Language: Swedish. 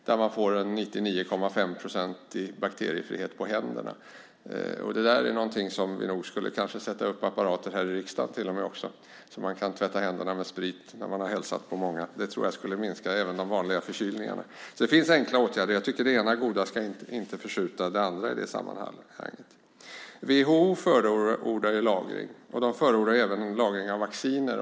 Då får man en 99,5-procentig bakteriefrihet på händerna. Kanske skulle vi sätta upp apparater till och med i riksdagen så att man kunde tvätta händerna med sprit när man hälsat på många. Det tror jag också skulle minska de vanliga förkylningarna. Det finns alltså enkla åtgärder att vidta, och det ena goda ska inte förskjuta det andra i det sammanhanget. WHO förordar lagring. De förordar även lagring av vacciner.